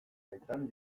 baitan